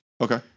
Okay